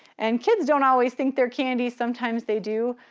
and kids don't always think they're candy, sometimes they do.